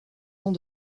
ans